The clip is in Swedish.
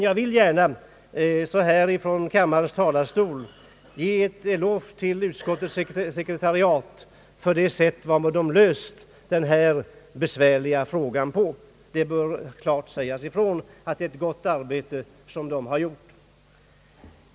Jag vill gärna från kammarens talarstol ge utskottets sekretariat en eloge för det sätt på vilket det löst denna besvärliga fråga. Sekretariatet har gjort ett gott arbete.